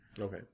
Okay